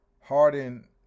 Harden